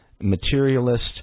materialist